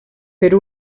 per